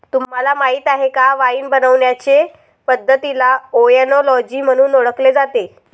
तुम्हाला माहीत आहे का वाइन बनवण्याचे पद्धतीला ओएनोलॉजी म्हणून ओळखले जाते